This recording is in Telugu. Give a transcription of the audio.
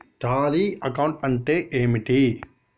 టాలీ అకౌంటింగ్ అంటే ఏమిటి?